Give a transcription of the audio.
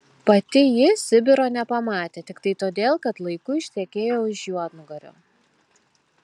pati ji sibiro nepamatė tiktai todėl kad laiku ištekėjo už juodnugario